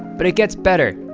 but it gets better.